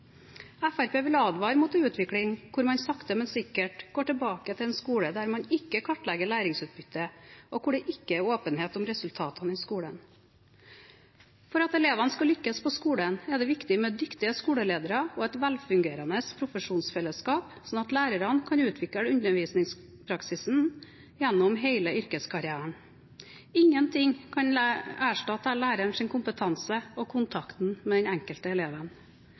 Fremskrittspartiet vil advare mot en utvikling der man sakte, men sikkert går tilbake til en skole der man ikke kartlegger læringsutbyttet, og der det ikke er åpenhet om resultatene i skolen. For at elevene skal lykkes på skolen, er det viktig med dyktige skoleledere og et velfungerende profesjonsfellesskap, slik at lærerne kan utvikle undervisningspraksisen gjennom hele yrkeskarrieren. Ingenting kan erstatte lærerens kompetanse og kontakten med den enkelte